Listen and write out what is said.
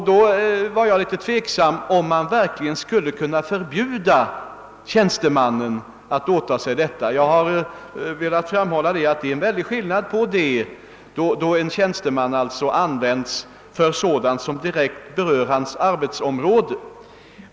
Jag var då litet tveksam, om man verkligen skulle kunna förbjuda tjänstemannen att åta sig detta uppdrag. Jag har velat påpeka att det är en väldig skillnad, om en tjänsteman används för sådant som direkt berör hans arbetsområde.